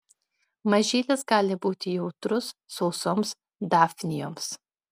mažylis gali būti jautrus sausoms dafnijoms